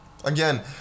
Again